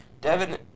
Devin